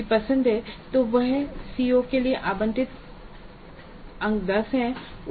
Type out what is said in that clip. तो CO5 के लिए आवंटित अंक 10 हैं